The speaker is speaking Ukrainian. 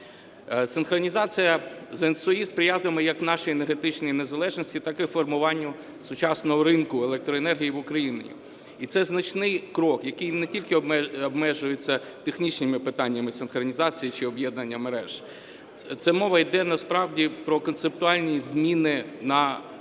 Синхронізація з ENTSO-E сприятиме як нашій енергетичній незалежності, так і формуванню сучасного ринку електроенергії в Україні. І це значний крок, який не тільки обмежується технічними питаннями синхронізації чи об'єднання мереж, це мова іде насправді про концептуальні зміни на вітчизняному